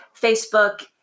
Facebook